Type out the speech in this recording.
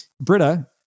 britta